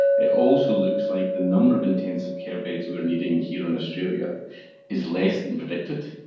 it also looks like the number of intensive care beds we are needing here in australia is less than predicted,